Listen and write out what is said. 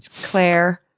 Claire